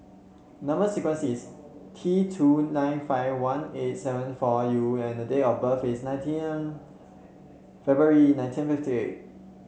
number sequence is T two nine five one eight seven four U and the date of birth is nineteen February nineteen fifty eight